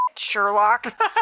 Sherlock